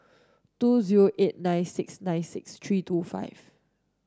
two zero eight nine six nine six three two five